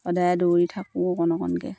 সদায় দৌৰি থাকোঁ অকণ অকণকৈ